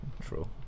True